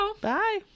Bye